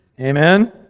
Amen